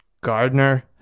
Gardner